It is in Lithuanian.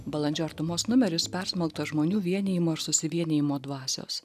balandžio artumos numeris persmelktas žmonių vienijimo ir susivienijimo dvasios